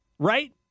Right